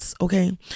Okay